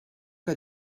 que